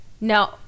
No